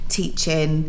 teaching